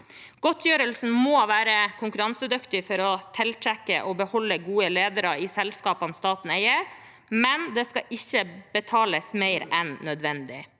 Godtgjørelsen må være konkurransedyktig for å tiltrekke og beholde gode ledere i selskapene staten eier, men det skal ikke betales mer enn nødvendig.